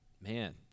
man